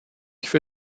für